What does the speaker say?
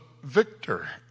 Victor